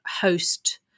host